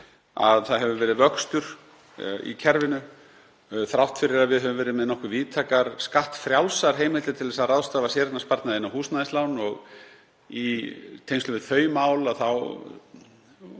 að það hefur verið vöxtur í kerfinu þrátt fyrir að við höfum verið með nokkuð víðtækar, skattfrjálsar heimildir til að ráðstafa séreignarsparnaði inn á húsnæðislán. Í tengslum við þau mál var það